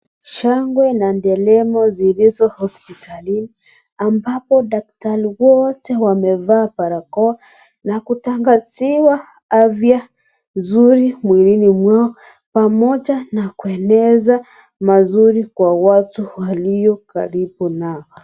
Shangwe na nderemo zilizo hospitalini ambapo daktari wote wamevaa barakoa na kutangaziwa afya nzuri mwilini mwao, pamoja na kueneza mazuri kwa watu walio Karibu nao.